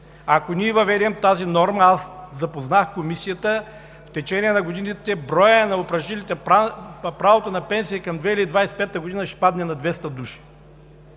Ако ние въведем тази норма, аз запознах Комисията, в течение на годините броят на упражнилите правото на пенсия към 2025 г. ще падне на 200 души.